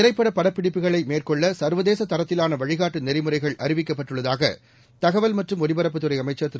திரைப்பட படப்பிடிப்புகளை மேற்கொள்ள சர்வதேச தரத்திலான வழிகாட்டு நெறிமுறைகள் அறிவிக்கப்பட்டுள்ளதாக தகவல் மற்றும் ஒலிபரப்புத் துறை அமைச்சர் திரு